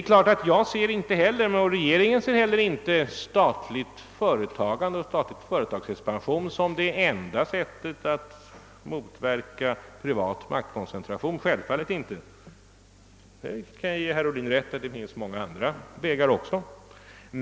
Självfallet ser varken regeringen eller jag personligen en statlig företagsexpansion som det enda sättet att motverka privat maktkoncentration. Jag kan alltså ge herr Ohlin rätt i att det finns många andra vägar.